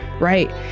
right